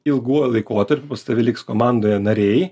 ilguoju laikotarpiu pas tave liks komandoje nariai